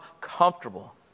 comfortable